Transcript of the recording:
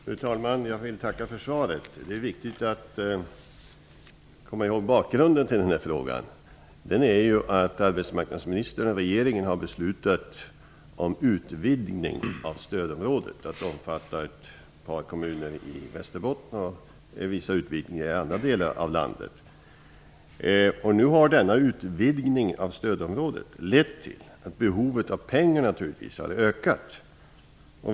Fru talman! Jag vill tacka för svaret. Det är viktigt att komma ihåg bakgrunden till frågan. Bakgrunden är att arbetsmarknadsministern och regeringen har beslutat om en utvidgning av stödområdet till att omfatta ett par kommuner i Västerbotten. Man har även beslutat om vissa utvidgningar i andra delar av landet. Nu har denna utvidgning av stödområdet naturligtvis lett till att behovet av pengar har ökat.